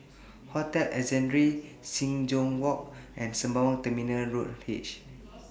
Hotel Ascendere Sing Joo Walk and Sembawang Terminal Road H